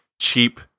cheap